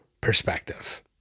perspective